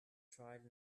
tried